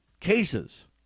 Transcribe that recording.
cases